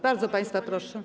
Bardzo państwa proszę.